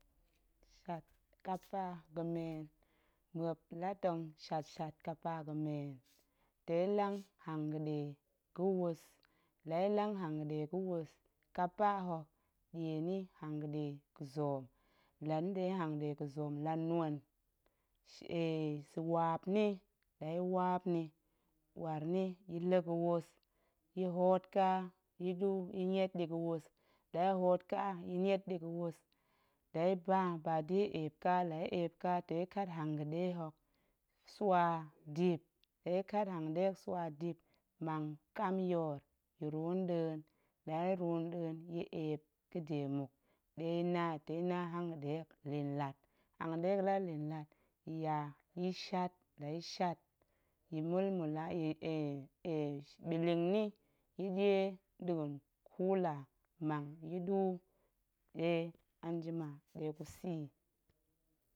Shat kapa ga̱meen, muop la tong shat shat kapa ga̱meen, tong ya̱ lang hanga̱ɗe ga̱wus, la ya̱ lang hanga̱ɗe ga̱wus, kapa hok ɗie ni nhanga̱ɗe ga̱zoom, la nɗe hanga̱ɗe ga̱zoom, la nueng, waap ni la ya̱ waap ni, waar ni ya̱ la̱ ga̱wus, ya̱ hoot ƙa ya̱ la̱ ya̱ niet ɗi ga̱wus, la ya̱ hoot ƙa ya̱ niet ɗi ga̱wus la ya̱ ba da̱ ya̱ eep ƙa tong ya̱ kat hanga̱ɗe hok swa dip, la ya̱ kat hanga̱ɗe hok swa dip, mang ƙam yoor, ya̱ ruun nɗa̱a̱n, la yə ruun nɗa̱a̱n ya̱ eep ga̱de muk, ɗe ya̱ na yi, tong ya̱ na hanga̱ɗe hok lin lat, ya̱ ya ya̱ shat, la ya̱ shat ya̱ mulmul la, ya̱ ya̱ ɓilin nni, ya̱ ɗie nɗa̱a̱n kula mang ya̱ ɗuu ɗe anjima ɗe gusa̱ yi.